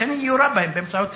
לכן היא יורה בהם באמצעות צלפים.